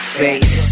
face